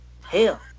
Hell